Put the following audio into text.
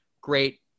great